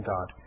God